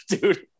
dude